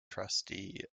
trustee